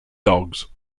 dogs